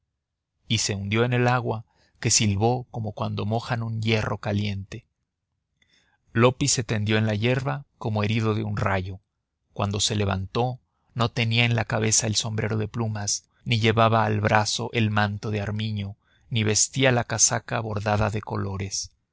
se hundió en el agua que silbó como cuando mojan un hierro caliente loppi se tendió en la yerba como herido de un rayo cuando se levantó no tenía en la cabeza el sombrero de plumas ni llevaba al brazo el manto de armiño ni vestía la casaca bordada de colores